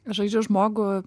žaidžiu žmogų